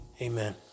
Amen